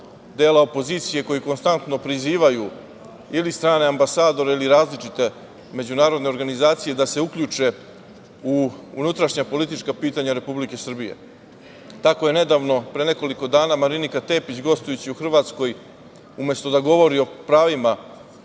dela opozicije koji konstantno prizivaju ili strane ambasadore ili različite međunarodne organizacije da se uključe u unutrašnja politička pitanja Republike Srbije. Tako je nedavno pre nekoliko dana Marinika Tepić gostujući u Hrvatskoj umesto da govori o pravima